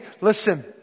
listen